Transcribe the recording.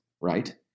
Right